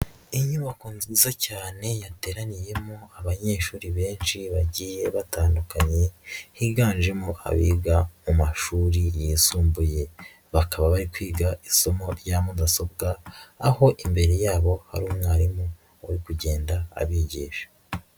Inyubako nziza cyane yateraniyemo abanyeshuri benshi bagiye batandukanye, higanjemo abiga mu mashuri yisumbuye, bakaba bari kwiga isomo rya mudasobwa, aho imbere yabo hari umwarimu uri kugenda abigisha.